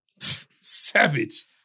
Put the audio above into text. Savage